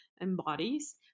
embodies